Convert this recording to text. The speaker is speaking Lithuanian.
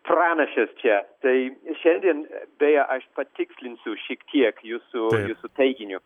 pranašės čia tai šiandien beje aš patikslinsiu šiek tiek jūsų su teiginiu